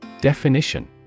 Definition